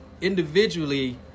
individually